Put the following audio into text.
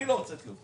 אני לא הוצאתי אותך.